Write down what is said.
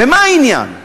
ומה העניין?